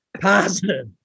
positive